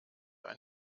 ein